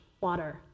water